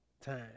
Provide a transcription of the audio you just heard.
time